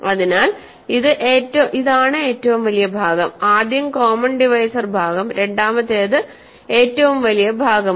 അതിനാൽ ഇതാണ് ഏറ്റവും വലിയ ഭാഗം ആദ്യം കോമൺ ഡിവൈസർ ഭാഗം രണ്ടാമത്തേത് ഏറ്റവും വലിയ ഭാഗമാണ്